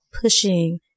pushing